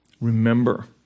Remember